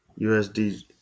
USD